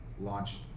launched